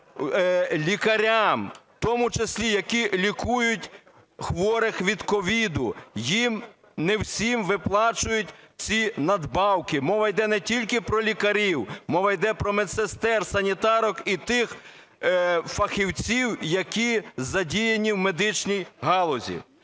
лікарям, в тому числі, які лікують хворих від ковіду, їм не всім виплачують ці надбавки. Мова йде не тільки про лікарів, мова йде про медсестер, санітарок і тих фахівців, які задіяні в медичній галузі.